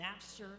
Napster